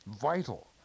vital